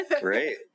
Great